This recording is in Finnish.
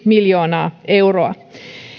miljoonaa euroa